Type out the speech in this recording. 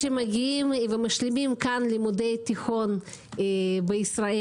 ומשלימים כאן לימודי תיכון בישראל.